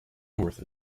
north